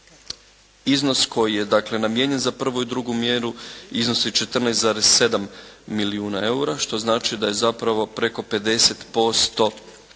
iznos koji je dakle namijenjen za prvu i drugu mjeru, iznosi 14,7 milijuna eura što znači da je zapravo preko 50%